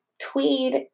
Tweed